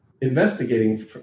investigating